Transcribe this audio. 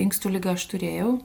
inkstų ligą aš turėjau